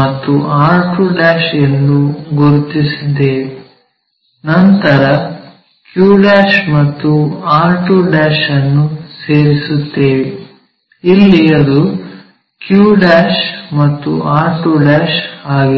ಮತ್ತು r2 ಎಂದು ಗುರುತಿಸಿದ್ದೇವೆ ನಂತರ q ಮತ್ತು r2 ಅನ್ನು ಸೇರಿಸುತ್ತೇವೆ ಇಲ್ಲಿ ಅದು q ಮತ್ತು r2 ಆಗಿದೆ